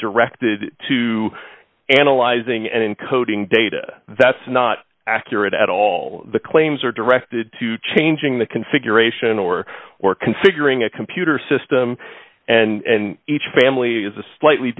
directed to analyzing and encoding data that's not accurate at all the claims are directed to changing the configuration or or configuring a computer system and each family has a slightly